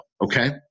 okay